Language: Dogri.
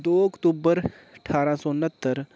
दो अक्टूबर ठारां सौ नह्त्तर